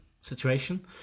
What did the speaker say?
situation